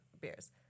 beers